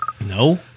No